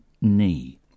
knee